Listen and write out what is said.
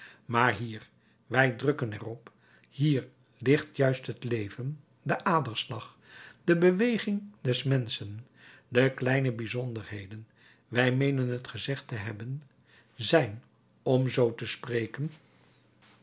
maar hier wij drukken er op hier ligt juist het leven de aderslag de beweging des menschen de kleine bijzonderheden wij meenen het gezegd te hebben zijn om zoo te spreken